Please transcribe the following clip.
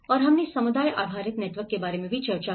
और हमने समुदाय आधारित नेटवर्क के बारे में भी चर्चा की